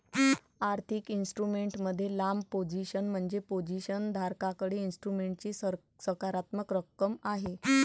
आर्थिक इन्स्ट्रुमेंट मध्ये लांब पोझिशन म्हणजे पोझिशन धारकाकडे इन्स्ट्रुमेंटची सकारात्मक रक्कम आहे